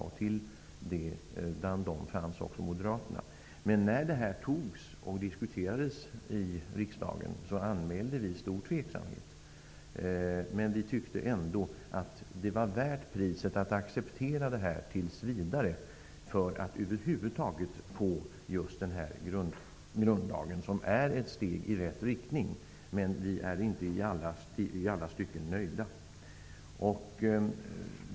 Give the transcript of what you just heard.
Bland dem fanns också Moderaterna. När detta förslag diskuterades och antogs i riksdagen anmälde vi stor tveksamhet. Men vi tyckte ändå att det var värt priset att acceptera detta tills vidare för att över huvud taget få denna grundlag, som är ett steg i rätt riktning. Men vi är inte i alla stycken nöjda.